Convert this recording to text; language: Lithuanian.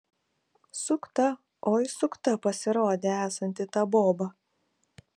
sukta oi sukta pasirodė esanti ta boba